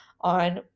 on